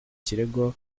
kirego